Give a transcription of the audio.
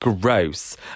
gross